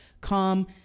calm